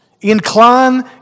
Incline